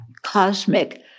cosmic